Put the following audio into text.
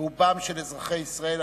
רובם של אזרחי ישראל,